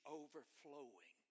overflowing